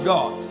God